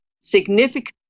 significant